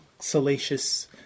salacious